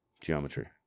Geometry